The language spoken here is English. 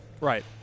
Right